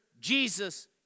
Jesus